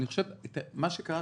מה שקרה,